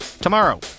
tomorrow